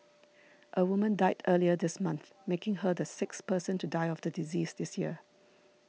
a woman died earlier this month making her the sixth person to die of the disease this year